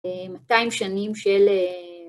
200 שנים של